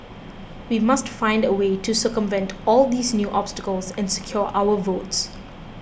we must find a way to circumvent all these new obstacles and secure our votes